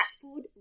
food